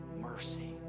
mercy